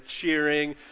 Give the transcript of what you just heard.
cheering